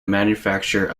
manufacture